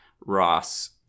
Ross